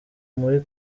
muri